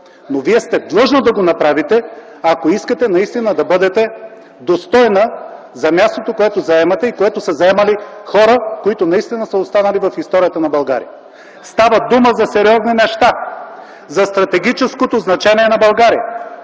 но Вие сте длъжна да го направите, ако искате наистина да бъдете достойна за мястото, което заемате и което са заемали хора, които наистина са останали в историята на България. Става дума за сериозни неща: за стратегическото значение на България,